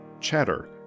Chatter